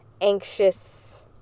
anxious